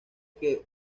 que